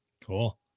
Cool